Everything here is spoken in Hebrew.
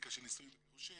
סטטיסטיקה של נישואין וגירושין.